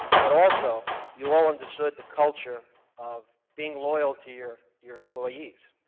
but also, you all understood the culture of being loyal to your your employees,